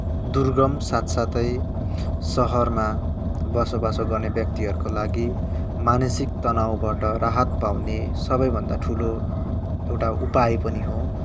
दुर्गम साथसाथै सहरमा बसोबास गर्ने व्यक्तिहरूको लागि मानसिक तनावबाट राहत पाउने सबैभन्दा ठुलो एउटा उपाय पनि हो